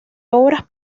obras